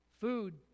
food